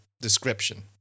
description